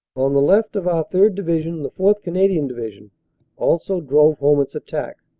on the left of our third. division the fourth. canadian division also drove home its attack,